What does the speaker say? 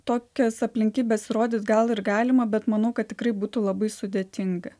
tokias aplinkybes įrodyt gal ir galima bet manau kad tikrai būtų labai sudėtinga